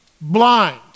blind